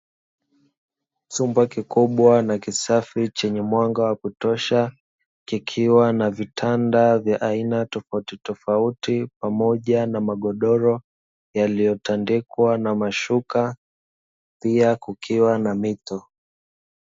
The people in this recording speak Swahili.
Chumba kikubwa na kisafi chenye mwanga wa kutosha, kikiwa na vitanda vya aina tofautitofauti, pamoja na magodoro yaliyotandikwa na mashuka, pia kukiwa na mito.